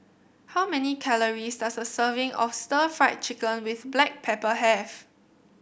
how many calories does a serving of Stir Fried Chicken with Black Pepper have